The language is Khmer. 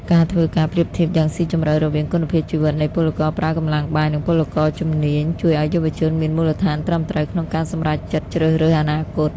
ការធ្វើការប្រៀបធៀបយ៉ាងស៊ីជម្រៅរវាងគុណភាពជីវិតនៃពលករប្រើកម្លាំងបាយ និងពលករជំនាញ ជួយឱ្យយុវជនមានមូលដ្ឋានត្រឹមត្រូវក្នុងការសម្រេចចិត្តជ្រើសរើសអនាគត។